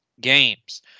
games